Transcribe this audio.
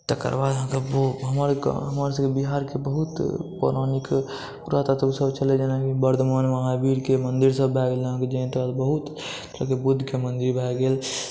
तकर बाद अहाँकेॅं हमर गाम हमर सबके बिहारके बहुत पौराणिक तत्व सब छलै जेनाकि वर्धमान महावीरके मंदिर सब भए गेलै अहाँकेॅं जाहिमे बहुत बुद्धके मन्दिर भए गेल